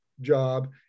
job